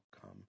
come